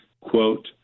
quote